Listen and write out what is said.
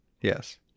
Yes